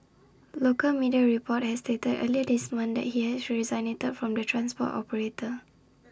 local media reports had stated earlier this month that he had resigned from the transport operator